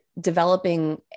developing